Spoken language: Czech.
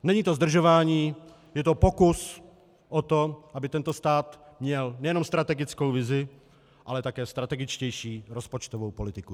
Není to zdržování, je to pokus o to, aby tento stát měl nejenom strategickou vizi, ale také strategičtější rozpočtovou politiku.